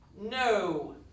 No